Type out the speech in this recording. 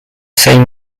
same